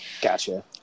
gotcha